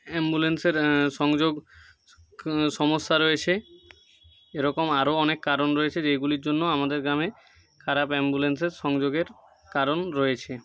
অ্যাম্বুলেন্সের সংযোগ সমস্যা রয়েছে এরকম আরো অনেক কারণ রয়েছে যেইগুলির জন্য আমাদের গ্রামে খারাপ অ্যাম্বুলেন্সের সংযোগের কারণ রয়েছে